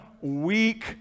weak